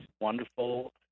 wonderful